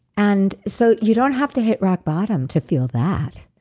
and so you don't have to hit rock bottom to feel that,